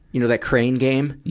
you know, that crane game. yeah.